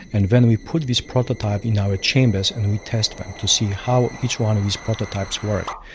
and then we put these prototypes in our chambers and we test them to see how each one of these prototypes work.